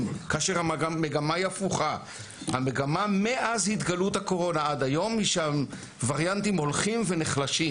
המגמה מאז שהקורונה התגלתה עד היום היא שהווריאנטים הולכים ונחלשים.